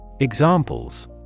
Examples